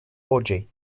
orgy